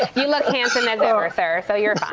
ah you look handsome as ever, sir, so you're find.